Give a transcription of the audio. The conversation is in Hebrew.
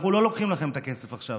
אנחנו לא לוקחים לכם את הכסף עכשיו.